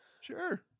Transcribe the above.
Sure